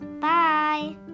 Bye